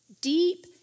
deep